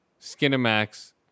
Skinemax